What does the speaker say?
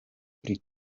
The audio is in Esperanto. pri